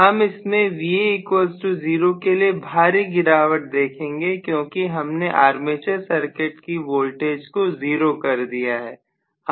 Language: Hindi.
इसलिए हम इसमें Va0 के लिए भारी गिरावट देखेंगे क्योंकि हमने आर्मेचर सर्किट की वोल्टेज को 0 कर दिया है